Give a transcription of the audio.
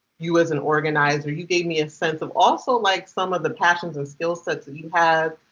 you as an organizer. you gave me a sense of also like. some of the passions and skill sets that you have.